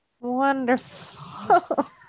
Wonderful